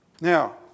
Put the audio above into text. Now